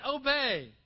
obey